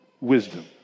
wisdom